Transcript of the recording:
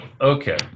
Okay